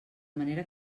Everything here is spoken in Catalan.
manera